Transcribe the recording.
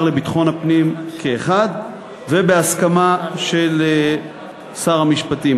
לביטחון הפנים כאחד ובהסכמה של שר המשפטים,